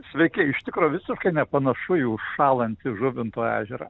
sveiki iš tikro visai nepanašu į užšąlantį žuvinto ežerą